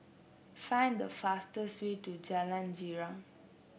find the fastest way to Jalan Girang